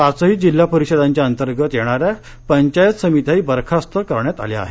पाचही जिल्हा परिषदांतर्गत येणाऱ्या पंचायत समित्याही बरखास्त करण्यात आल्या आहेत